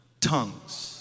tongues